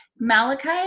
Malachi